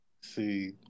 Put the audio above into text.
See